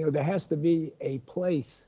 you know, there has to be a place